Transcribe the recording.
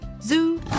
Zoo